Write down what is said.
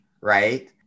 right